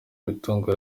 imitungo